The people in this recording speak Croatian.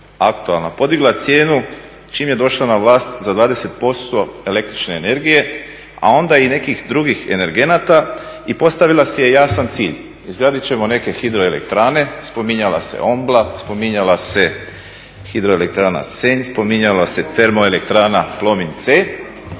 podigla cijenu čim je došla na vlast za 20% električne energije, a onda i nekih drugih energenata i postavila si je jasan cilj, izgradit ćemo neke hidroelektrane, spominjala se Ombla, spominjala se Hidroelektrana Senj, spominjala se Termoelektrana Plomin C